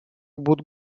будут